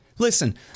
Listen